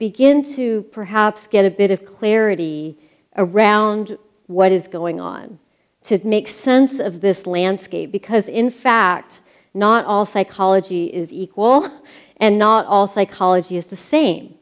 begin to perhaps get a bit of clarity around what is going on to make sense of this landscape because in fact not all psychology is equal and not all psychology is the same